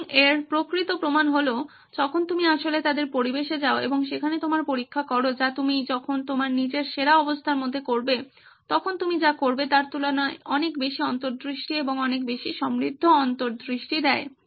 pudding এর প্রকৃত প্রমাণ হলো যখন তুমি আসলে তাদের পরিবেশে যাও এবং সেখানে তোমার পরীক্ষা করো যা তুমি যখন তোমার নিজের সেরা অবস্থার মধ্যে করবে তখন তুমি যা করবে তার তুলনায় অনেক বেশি অন্তর্দৃষ্টি এবং অনেক বেশি সমৃদ্ধ অন্তর্দৃষ্টি দেয়